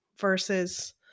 versus